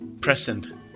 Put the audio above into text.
present